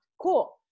cool